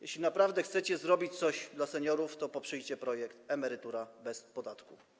Jeśli naprawdę chcecie zrobić coś dla seniorów, to poprzyjcie projekt Emerytura bez podatku.